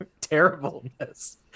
terribleness